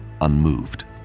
unmoved